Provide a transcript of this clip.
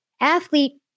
athlete